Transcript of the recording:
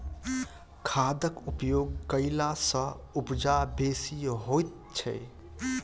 खादक उपयोग कयला सॅ उपजा बेसी होइत छै